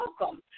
welcome